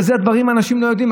ואלה דברים שאנשים לא יודעים,